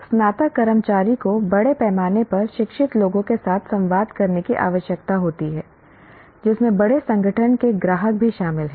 स्नातक कर्मचारी को बड़े पैमाने पर शिक्षित लोगों के साथ संवाद करने की आवश्यकता होती है जिसमें बड़े संगठन के ग्राहक भी शामिल हैं